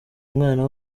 umwana